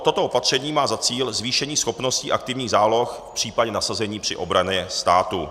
Toto opatření má za cíl zvýšení schopností aktivních záloh v případě nasazení při obraně státu.